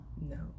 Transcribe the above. No